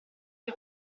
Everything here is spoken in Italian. che